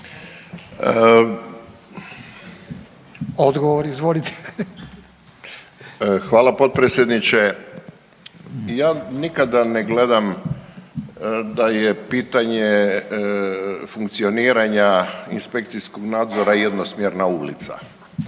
Silvano (HSU)** Hvala potpredsjedniče. Ja nikada ne gledam da je pitanje funkcioniranja inspekcijskog nadzora jednosmjerna ulica.